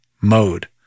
mode